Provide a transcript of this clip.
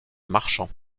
marchands